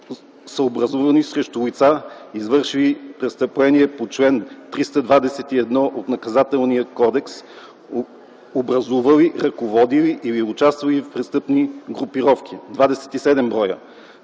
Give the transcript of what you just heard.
са образувани срещу лица, извършили престъпление по чл. 321 от Наказателния кодекс (образували, ръководили или участвували в престъпни групи) – 27 бр.;